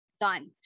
done